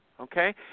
Okay